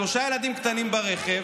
שלושה ילדים קטנים ברכב,